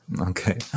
Okay